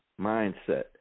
mindset